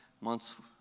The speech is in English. months